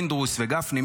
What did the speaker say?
פינדרוס וגפני,